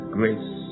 grace